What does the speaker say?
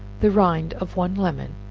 the rind of one lemon,